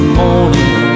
morning